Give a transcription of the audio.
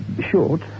Short